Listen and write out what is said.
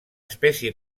espècie